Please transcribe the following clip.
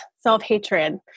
self-hatred